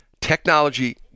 technology